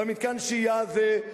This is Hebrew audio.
במתקן השהייה הזה,